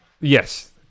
yes